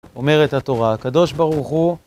אומרת התורה, הקדוש ברוך הוא